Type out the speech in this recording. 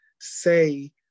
say